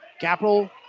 Capital